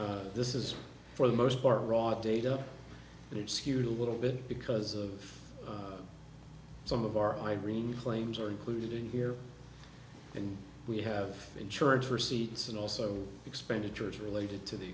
this is for the most part raw data but it skewed a little bit because of some of our irene claims are included in here and we have insurance receipts and also expenditures related to the